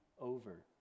over